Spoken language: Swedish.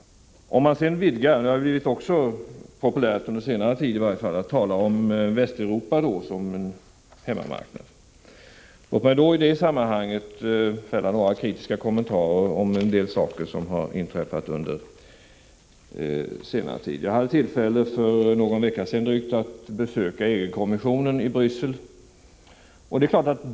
Under senare tid har det blivit populärt att tala om Västeuropa som en hemmamarknad. Låt mig i det sammanhanget göra någon kritisk kommentar till en del saker som nyligen har inträffat. Jag hade för en dryg vecka sedan tillfälle att besöka EG-kommissionen i Bryssel.